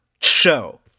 show